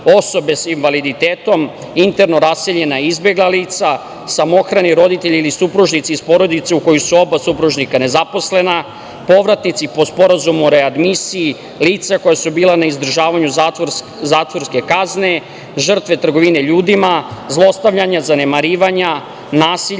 osobe sa invaliditetom, interno raseljena izbegla lica, samohrani roditelji ili supružnici iz porodice u kojoj su oba supružnika nezaposlena, povratnici po Sporazumu o readmisiji, lica koja su bila na izdržavanju zatvorske kazne, žrtve trgovine ljudima, zlostavljana, zanemarivanja, nasilje